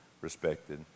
respected